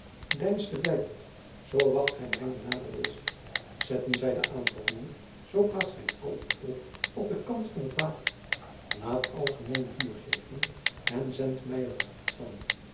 deinst de vijand zoo wacht gij mijne nadere last zetten zij den aanval door zoo plaatst gij al uw volk op den kant van t water laat algemeen vuur geven en zendt mij er bericht van